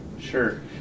Sure